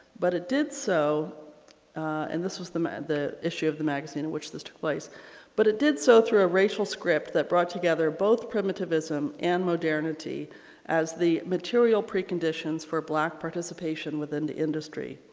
but it did so and this was the the issue of the magazine in which this took place but it did so through a racial script that brought together both primitivism and modernity as the material preconditions for black participation within the industry.